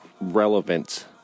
relevant